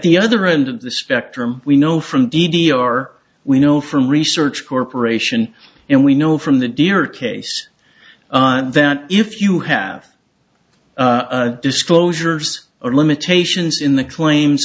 the other end of the spectrum we know from d d r we know from research corporation and we know from the deer case that if you have disclosures or limitations in the claims